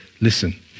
listen